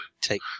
take